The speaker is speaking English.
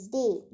day